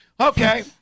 Okay